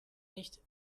nicht